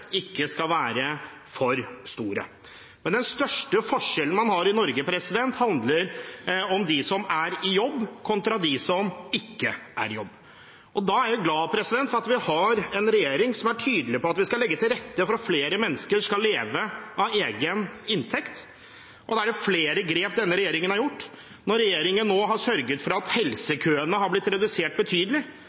ikke skal være for store. Men den største forskjellen man har i Norge, handler om dem som er i jobb, kontra dem som ikke er i jobb. Da er jeg glad for at vi har en regjering som er tydelig på at vi skal legge til rette for at flere mennesker skal leve av egen inntekt, og der er det flere grep denne regjering har gjort. Når regjeringen nå har sørget for at helsekøene har blitt betydelig redusert,